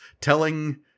telling